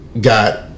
got